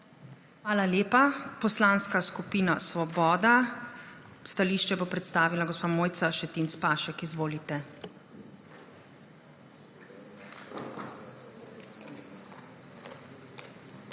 Hvala lepa. Poslanska skupina Svoboda, stališče bo predstavila gospa Mojca Šetinc Pašek. Izvolite.